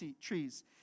trees